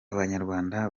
abanyarwanda